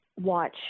watch